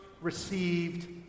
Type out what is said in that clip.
received